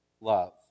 love